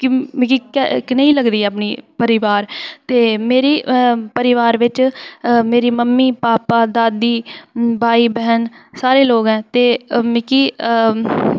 कि मिगी कनेही लगदी अपनी परोआर ते मेरे परोआर बिच मेरी मम्मी भापा दादी भाई भैन सारे लोग ऐ ते मिगी